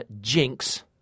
Jinx